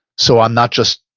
so i'm not just